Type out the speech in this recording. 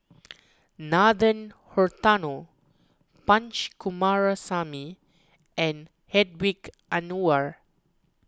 Nathan Hartono Punch Coomaraswamy and Hedwig Anuar